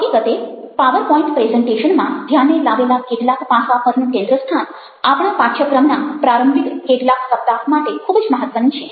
હકીકતે PowerPoint પ્રેઝન્ટેશનમાં ધ્યાને લાવેલા કેટલા પાસાં પરનું કેન્દ્ર સ્થાન આપણા પાઠ્યક્રમના પ્રારંભિક કેટલાક સપ્તાહ માટે ખૂબ જ મહત્વનું છે